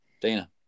Dana